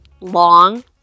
Long